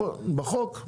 בחוק.